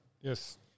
Yes